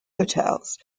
hotels